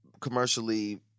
commercially